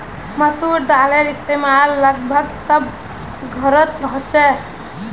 मसूर दालेर इस्तेमाल लगभग सब घोरोत होछे